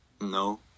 No